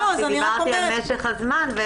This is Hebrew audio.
דיברתי על משך הזמן.